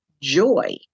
joy